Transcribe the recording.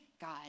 God